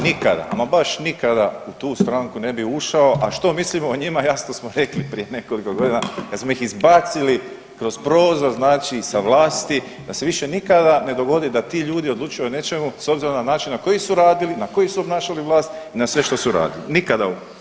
Nikada, ama baš nikada u tu stranku ne bi ušao, a što mislim o njima to smo rekli prije nekoliko godina kad smo ih izbacili kroz prozor znači sa vlasti da se više nikada ne dogodi da ti ljudi odlučuju o nečemu s obzirom na način na koji su radili, na koji su obnašali vlast i na sve što su radili, nikada.